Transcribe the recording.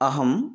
अहं